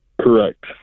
Correct